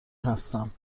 هستم